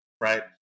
right